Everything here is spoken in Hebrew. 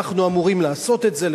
אנחנו אמורים לעשות את זה.